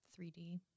3d